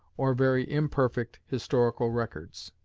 or very imperfect, historical records.